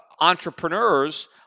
entrepreneurs